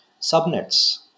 subnets